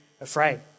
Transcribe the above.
afraid